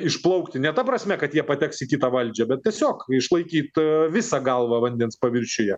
išplaukti ne ta prasme kad jie pateks į kitą valdžią bet tiesiog išlaikyt visą galvą vandens paviršiuje